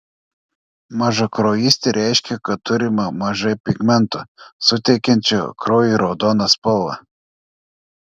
mažakraujystė reiškia kad turima mažai pigmento suteikiančio kraujui raudoną spalvą